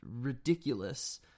ridiculous